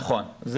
נכון.